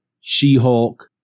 She-Hulk